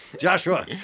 Joshua